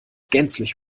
gänzlich